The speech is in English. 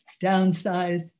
downsized